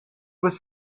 was